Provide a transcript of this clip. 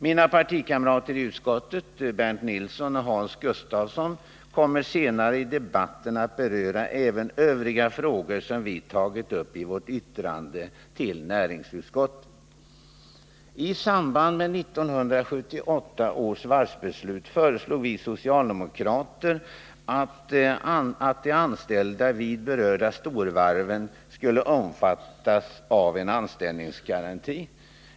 Mina partikamrater i utskottet, Bernt Nilsson och Hans Gustafsson, kommer senare i debatten att beröra även övriga frågor som vi tagit uppi vårt yttrande till näringsutskottet. I samband med 1978 års varvsbeslut föreslog vi socialdemokrater att de anställda vid de berörda storvarven skulle omfattas av en anställningsgaranti.